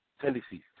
tendencies